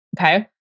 Okay